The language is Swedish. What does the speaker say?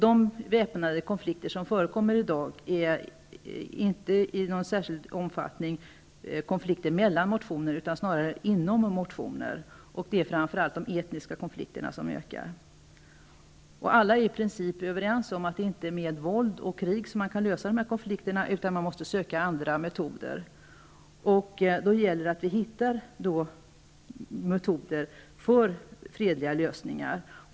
De väpnade konflikter som utspelas i dag äger inte främst rum mellan nationer utan förs inom nationer. Oftast handlar det om etniska konflikter. Alla är i princip överens om att det inte är med våld och krig som man löser dessa konflikter, utan vi måste försöka finna andra metoder. Det gäller alltså att finna metoder för fredliga lösningar.